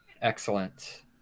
Excellent